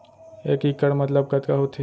एक इक्कड़ मतलब कतका होथे?